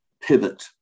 pivot